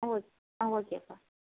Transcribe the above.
ஆ okay ஆ ஓகேப்பா